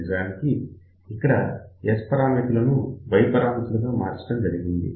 నిజానికి ఇక్కడ S పరామితులను Y పరామితులుగా మార్చడం జరిగింది